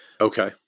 Okay